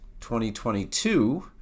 2022